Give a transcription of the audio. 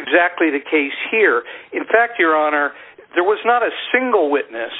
exactly the case here in fact your honor there was not a single witness